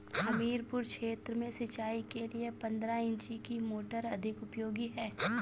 हमीरपुर क्षेत्र में सिंचाई के लिए पंद्रह इंची की मोटर अधिक उपयोगी है?